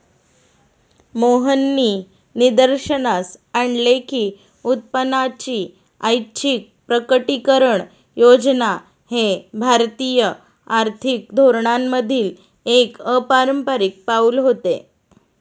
मोहननी निदर्शनास आणले की उत्पन्नाची ऐच्छिक प्रकटीकरण योजना हे भारतीय आर्थिक धोरणांमधील एक अपारंपारिक पाऊल होते